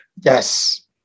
Yes